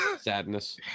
sadness